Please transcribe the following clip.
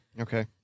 okay